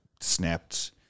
snapped